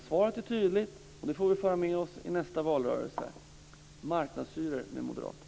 Svaret är tydligt, och det får vi föra med oss i nästa valrörelse: marknadshyror med moderaterna.